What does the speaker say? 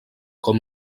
com